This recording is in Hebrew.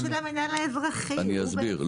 אני אסביר.